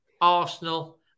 Arsenal